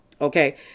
Okay